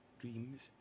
dreams